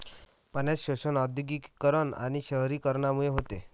पाण्याचे शोषण औद्योगिकीकरण आणि शहरीकरणामुळे होते